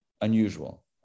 unusual